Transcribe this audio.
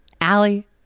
Allie